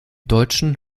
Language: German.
deutschen